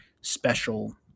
special